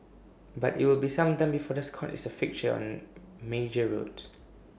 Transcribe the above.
but IT will be some time before the Scot is A fixture on major roads